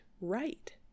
right